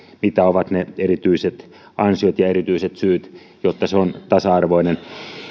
mitä ovat ne erityiset ansiot ja erityiset syyt jotta se on tasa arvoinen